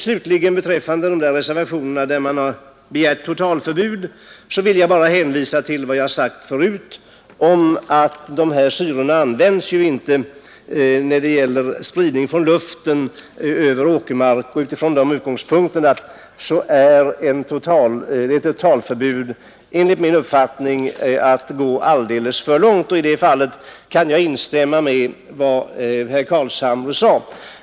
Vad beträffar de reservationer, i vilka man begärt totalförbud, vill jag hänvisa till vad jag sagt förut, nämligen att dessa syror inte används vid spridning från luften över åkermark. Sett från dessa utgångspunkter är ett totalförbud enligt min uppfattning att gå alldeles för långt. I det fallet kan jag instämma med vad herr Carlshamre sade.